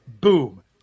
boom